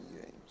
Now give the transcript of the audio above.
games